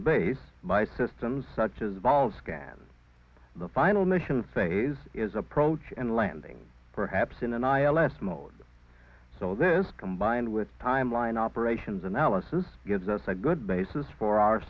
to base my systems such as valve scan the final mission phase is approach and landing perhaps in an i l s mode so this combined with timeline operations analysis gives us a good basis for our